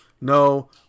No